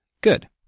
Good